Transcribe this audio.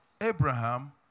Abraham